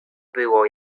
było